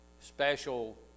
special